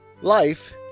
Life